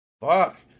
Fuck